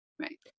Right